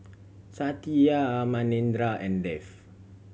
Satya Manindra and Dev